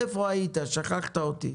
איפה היית, שכחת אותי.